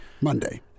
Monday